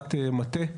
לעבודת מטה,